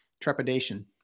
trepidation